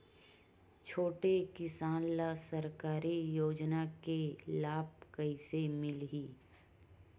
छोटे किसान ला सरकारी योजना के लाभ कइसे मिलही?